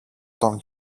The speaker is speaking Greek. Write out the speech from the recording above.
τον